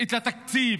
את התקציב,